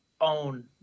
own